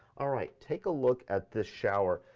alright, take a look at this shower.